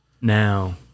Now